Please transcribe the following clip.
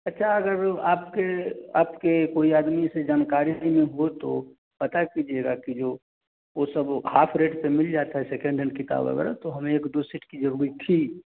अच्छा अगर आपके आपके कोई आदमी से जानकारी में ये हो तो पता कीजिएगा कि जो वो सब वो हाफ़ रेट पे मिल जाता है सेकेंड हैंड किताब तो हमें एक दो सेट की ज़रूरत थी